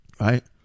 right